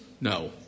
no